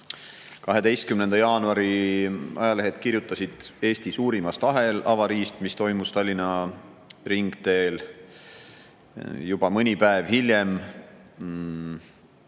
12. jaanuari ajalehed kirjutasid Eesti suurimast ahelavariist, mis toimus Tallinna ringteel. Juba mõni päev hiljem